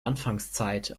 anfangszeit